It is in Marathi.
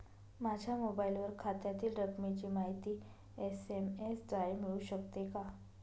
माझ्या मोबाईलवर खात्यातील रकमेची माहिती एस.एम.एस द्वारे मिळू शकते का?